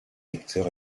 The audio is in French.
lecteur